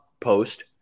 post